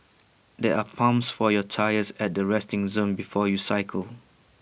there are pumps for your tyres at the resting zone before you cycle